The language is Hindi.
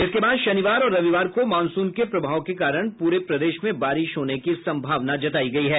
इसके बाद शनिवार और रविवार को मॉनसून के प्रभाव के कारण पूरे प्रदेश में बारिश होने की संभावना है